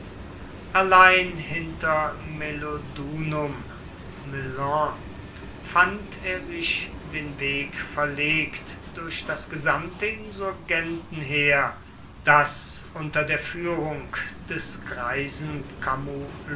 allein hinter melodunum melun fand er sich den weg verlegt durch das gesamte insurgentenheer das unter der führung des greisen